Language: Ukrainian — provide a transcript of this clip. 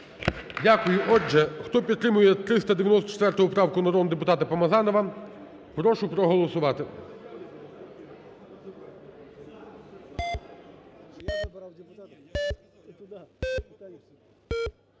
Дякую. Отже, хто підтримує 394 поправку народного депутата Помазанова, прошу проголосувати.